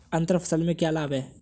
अंतर फसल के क्या लाभ हैं?